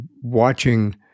watching